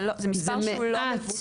זה מעט.